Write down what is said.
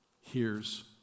hears